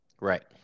Right